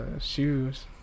shoes